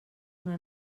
una